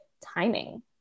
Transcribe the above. timing